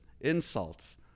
insults